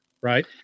right